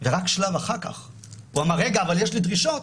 ורק בשלב אחר כך הוא אמר, רגע, אבל יש לי דרישות,